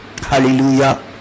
Hallelujah